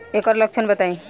एकर लक्षण बताई?